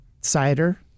Cider